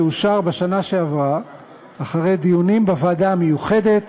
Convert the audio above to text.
שאושר בשנה שעברה אחרי דיונים בוועדה המיוחדת